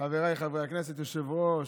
חבריי חברי הכנסת, היושב-ראש.